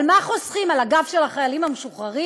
על מה חוסכים, על הגב של החיילים המשוחררים?